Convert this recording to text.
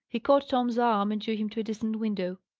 he caught tom's arm and drew him to a distant window.